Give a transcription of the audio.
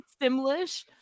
Simlish